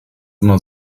immer